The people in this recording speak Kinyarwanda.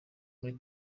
muri